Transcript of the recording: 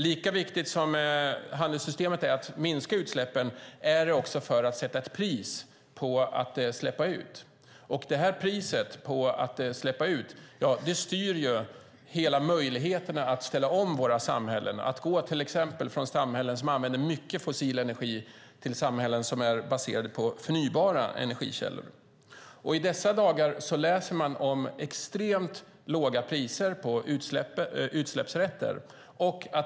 Lika viktigt som handelssystemet är för att minska utsläppen är det för att sätta ett pris på att släppa ut. Priset på att släppa ut styr möjligheten att ställa om våra samhällen och att till exempel gå från samhällen som använder mycket fossil energi till samhällen som är baserade på förnybara energikällor. I dessa dagar läser man om extremt låga priser på utsläppsrätter.